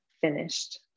finished